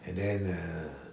and then uh